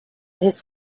his